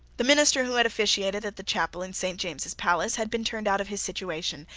the minister who had officiated at the chapel in saint james's palace had been turned out of his situation,